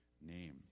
name